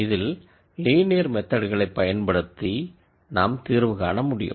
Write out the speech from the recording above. இதில் linear method களை பயன்படுத்தி நாம் தீர்வு காண முடியும்